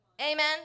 amen